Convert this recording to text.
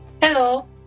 Hello